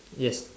yes